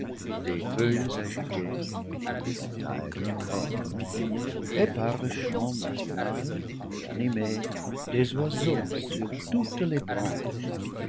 des feuilles agitées éventail de l'aurore et par le chant matinal et animé des oiseaux sur toutes les branches